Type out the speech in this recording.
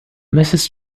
mrs